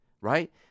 right